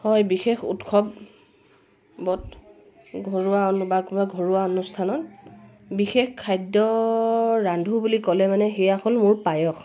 হয় বিশেষ উৎসৱত ঘৰুৱা অনুবা কোনোবা ঘৰুৱা অনুষ্ঠানত বিশেষ খাদ্য ৰান্ধোঁ বুলি ক'লে মানে সেয়া হ'ল মোৰ পায়স